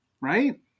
Right